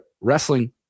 Wrestling